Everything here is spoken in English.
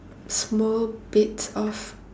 small bits of